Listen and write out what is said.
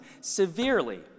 severely